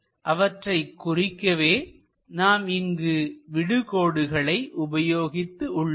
அவற்றை குறிக்கவே நாம் இங்கு விடு கோடுகளை உபயோகித்து உள்ளோம்